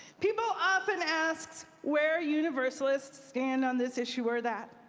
people often ask where universalists stabbed on this issue or that,